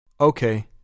Okay